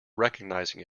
recognizing